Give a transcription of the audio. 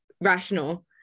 rational